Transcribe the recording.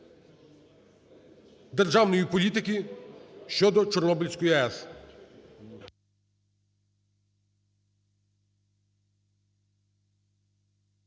державної політики щодо Чорнобильської АЕС.